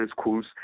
schools